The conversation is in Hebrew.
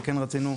וכן רצינו,